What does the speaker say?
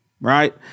Right